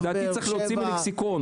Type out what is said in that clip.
צריך להוציא אותו מהלכסיקון.